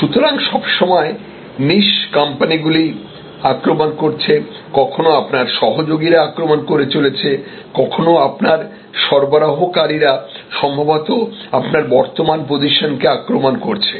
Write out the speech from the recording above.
সুতরাং সবসময় নিস কম্পানিগুলি আক্রমণ করছে কখনও আপনার সহযোগীরা আক্রমণ করে চলেছে কখনও আপনার সরবরাহকারীরা সম্ভবত আপনার বর্তমান পজিশনকে আক্রমণ করছে